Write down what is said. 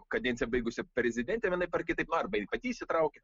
kadenciją baigusią prezidentę vienaip ar kitaip na arba ji pati įsitraukia